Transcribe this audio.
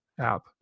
app